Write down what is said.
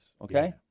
okay